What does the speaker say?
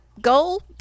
goal